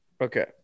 Okay